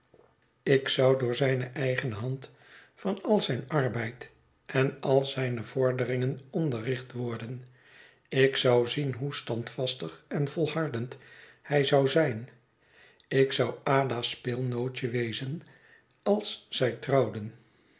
ik zou door zijne eigene hand van al zijn arbeid en al zijne vorderingen onderricht worden ik zou zien hoe standvastig en volhardend hij zou zijn ik zou ada's speelnootje wezen als zij trouwden